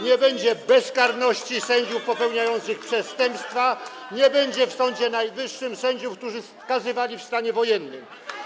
nie będzie bezkarności sędziów popełniających przestępstwa, nie będzie w Sądzie Najwyższym sędziów, którzy skazywali w stanie wojennym.